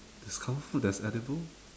discover food that's edible